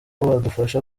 badufasha